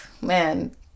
man